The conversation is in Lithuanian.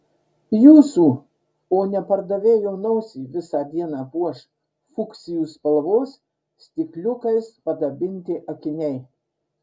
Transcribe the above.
jūsų o ne pardavėjo nosį visą dieną puoš fuksijų spalvos stikliukais padabinti akiniai